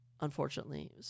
unfortunately